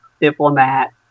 diplomat